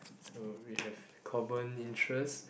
so we have common interest